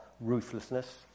ruthlessness